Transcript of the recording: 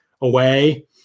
Away